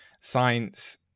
science